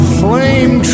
flame